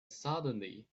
suddenly